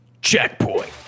Checkpoint